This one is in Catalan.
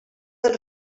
del